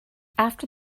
after